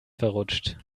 verrutscht